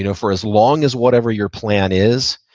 you know for as long as whatever your plan is,